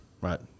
right